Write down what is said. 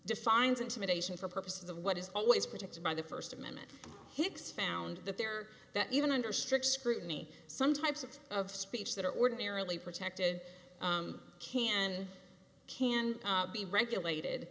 defines intimidation for purposes of what is always protected by the first amendment hicks found that there that even under strict scrutiny some types of speech that are ordinarily protected can can be regulated